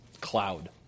cloud